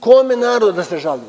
Kome narod da se žali?